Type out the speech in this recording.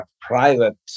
private